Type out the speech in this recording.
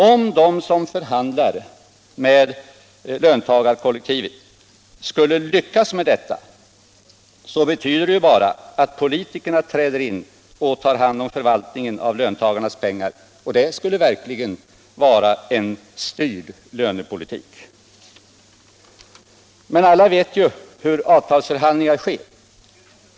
Om de som förhandlar med löntagarkollektivet skulle lyckas med detta betyder det bara att politikerna träder in och tar hand om förvaltningen av löntagarnas pengar, och det skulle verkligen vara en styrd lönepolitik. Men alla vet ju hur avtalsförhandlingar går till.